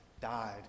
died